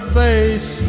face